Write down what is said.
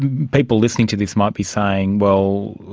and people listening to this might be saying, well,